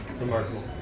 remarkable